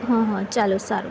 હા હા ચાલો સારું